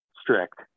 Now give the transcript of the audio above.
strict